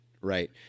right